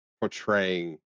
portraying